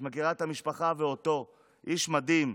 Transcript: את מכירה את המשפחה ואותו, איש מדהים.